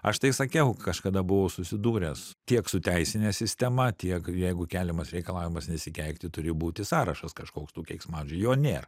aš tai sakiau kažkada buvau susidūręs tiek su teisine sistema tiek jeigu keliamas reikalavimas nesikeikti turi būti sąrašas kažkoks tų keiksmažodžių jo nėr